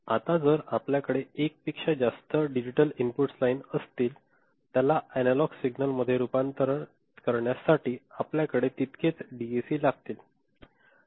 आता जर आपल्याकडे एका पेक्षा जास्त डिजिटल इनपुट लाईन्स असतील त्याला अनालॉग सिग्नल मध्ये रुपांतरित करण्यासाठी आपल्याकडे तिककेच डीएसी लागतील